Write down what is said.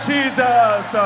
Jesus